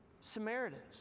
Samaritans